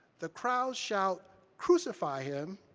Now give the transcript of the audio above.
the crowds shout, crucify him,